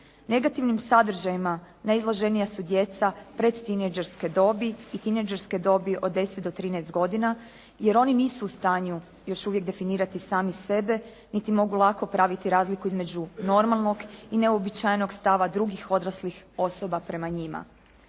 Negativnim sadržajima najizloženija su djeca predtinejdžerske dobi i tinejdžerske dobi od 10 do 13 godina jer oni nisu u stanju još uvijek definirati sami sebe niti mogu lako praviti razliku između normalnog i neuobičajenog stava drugih odraslih osoba prema njima.